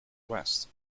west